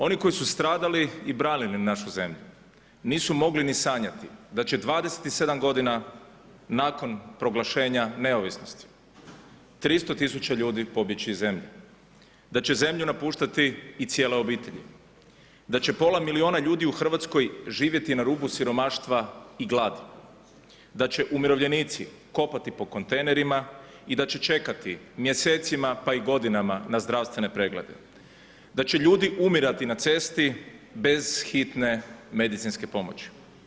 Oni koji su stradali i branili našu zemlju nisu mogli ni sanjati da će 27 godina nakon proglašenja neovisnosti 300 000 ljudi pobjeći iz zemlje, da će zemlju napuštati i cijele obitelji, da će pola milijuna ljudi u Hrvatskoj živjeti na rubu siromaštva i gladi, da će umirovljenici kopati po kontejnerima i da će čekati mjesecima pa i godinama na zdravstvene preglede, da će ljudi umirati na cesti bez hitne medicinske pomoći.